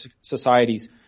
societies